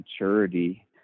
maturity